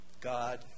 God